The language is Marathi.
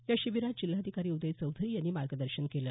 या शिबीरात जिल्हाधिकारी उदय चौधरी यांनी मार्गदर्शन केलं